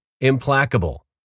implacable